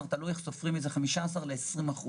15% ל-20%.